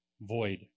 void